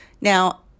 Now